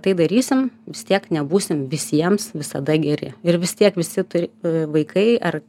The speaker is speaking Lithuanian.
tai darysim vis tiek nebūsim visiems visada geri ir vis tiek visi tai vaikai ar